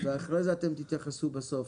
ואחרי זה אתם תתייחסו בסוף.